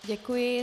Děkuji.